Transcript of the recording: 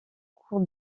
cours